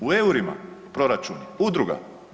U eurima proračuni udruga.